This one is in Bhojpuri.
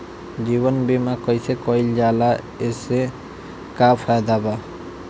जीवन बीमा कैसे कईल जाला एसे का फायदा बा?